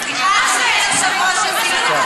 כאלה דברים.